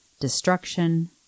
destruction